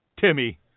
Timmy